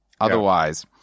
otherwise